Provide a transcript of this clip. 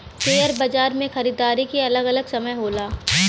share बाजार मे खरीदारी के अलग अलग समय होला